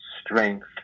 strength